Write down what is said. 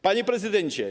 Panie Prezydencie!